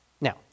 Now